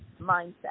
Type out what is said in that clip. mindset